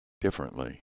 differently